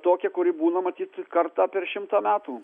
tokia kuri būna matyt kartą per šimtą metų